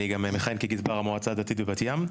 אני מכהן גם כגזבר המועצה הדתית בבת ים,